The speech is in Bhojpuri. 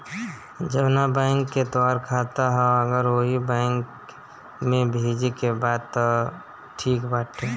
जवना बैंक के तोहार खाता ह अगर ओही बैंक में भेजे के बा तब त ठीक बाटे